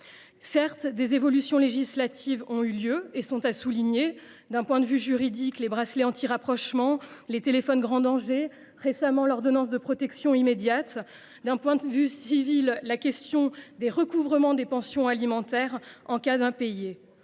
Certes, des évolutions législatives ont eu lieu et sont à souligner. D’un point de vue juridique, je pense au bracelet antirapprochement, au téléphone grave danger, récemment aux ordonnances de protection immédiate. D’un point de vue civil, j’ai à l’esprit la question du recouvrement des pensions alimentaires en cas d’impayés.